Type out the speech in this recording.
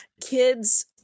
kids